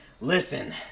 listen